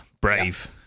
Brave